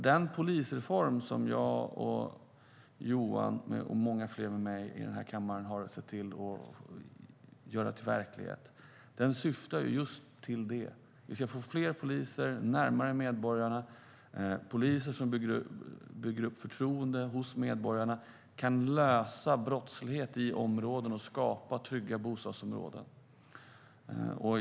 Den polisreform som jag, Johan Hedin och många fler med oss i den här kammaren har sett till göra till verklighet syftar just till det. Vi ska få fler poliser som är närmare medborgarna. Poliser som bygger upp förtroende hos medborgarna kan lösa brottslighet i områden och skapa trygga bostadsområden.